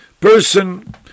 person